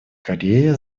корея